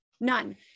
none